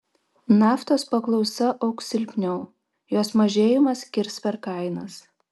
naftos paklausa augs silpniau jos mažėjimas kirs per kainas